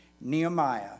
Nehemiah